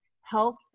health